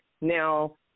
now